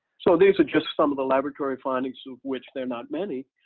so these are just some of the laboratory findings of which there not many.